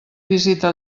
visita